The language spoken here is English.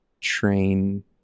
train